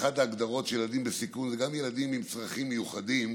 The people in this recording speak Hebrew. אחת ההגדרות לילדים בסיכון היא גם ילדים עם צרכים מיוחדים.